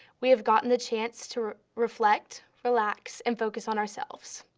we have gotten the chance to reflect, relax and focus on ourselves.